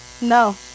no